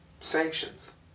sanctions